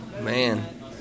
man